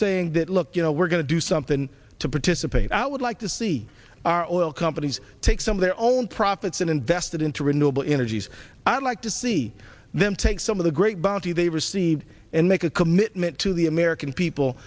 saying that look you know we're going to do something to participate i would like to see our oil companies take some of their own profits and invested into renewable energies i'd like to see them take some of the great bounty they've received and make a commitment to the american people